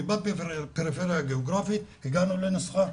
הגענו לנוסחה.